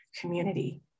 community